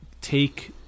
take